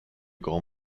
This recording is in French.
grand